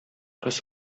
кыз